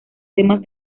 temas